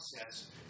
process